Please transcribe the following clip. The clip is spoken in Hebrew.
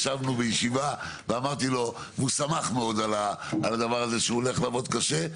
ישבנו בישיבה ואמרתי לו והוא שמח מאוד על הדבר הזה שהוא הולך לעבוד קשה,